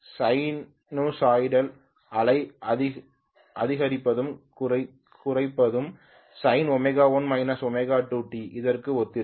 எனவே சைனூசாய்டல் அலை அதிகரிப்பதும் குறைப்பதும் sinω1 ω2t இதற்கு ஒத்திருக்கும்